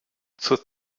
zur